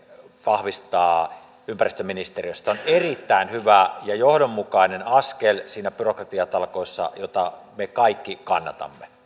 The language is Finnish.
vahvistaa ympäristöministeriössä tämä on erittäin hyvä ja johdonmukainen askel niissä byrokratiatalkoissa joita me kaikki kannatamme